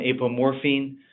apomorphine